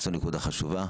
זו נקודה חשובה.